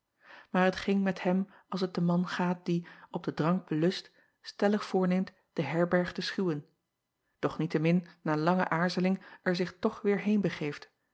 aar het ging met hem als het den man gaat die op den drank belust stellig voorneemt de herberg te schuwen doch niet-te-min na lange aarzeling er zich toch weêr heen begeeft